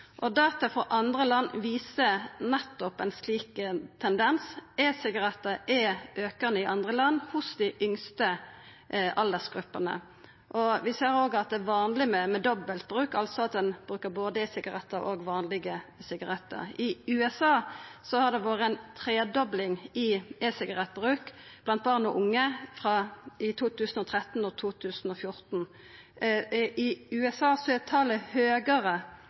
Data frå andre land viser nettopp ein slik tendens. E-sigarettar er aukande i andre land i dei yngste aldersgruppene. Vi ser òg at det er vanleg med dobbeltbruk, altså at ein bruker både e-sigarettar og vanlege sigarettar. I USA har det vore ei tredobling i e-sigarettbruk blant barn og unge i 2013 og 2014. I USA er talet høgare